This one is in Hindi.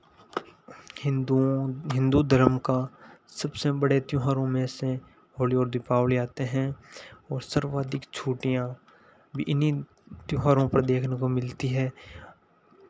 हिन्दुओं हिन्दू धर्म का सबसे बड़े त्योहारों में से होली और दीपावली आते हैं और सर्वाधिक छुट्टियाँ भी इन्हीं त्योहारों पर देखने को मिलती है